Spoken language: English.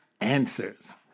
answers